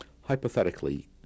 hypothetically